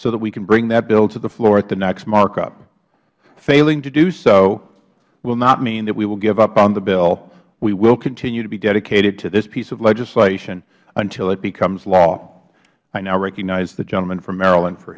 so that we can bring that bill to the floor at the next markup failing to do so will not mean that we will give up on the bill we will continue to be dedicated to this piece of legislation until it becomes law i now recognize the gentleman from maryland for